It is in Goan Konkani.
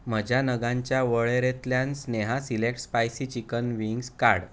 म्हज्या नगांच्या वळेरेंतल्यान Sneha select spicy chicken wings काड